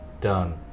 done